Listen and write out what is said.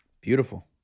Beautiful